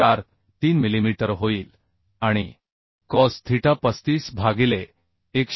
43 millimetre होईल आणि cos theta 35 भागिले 115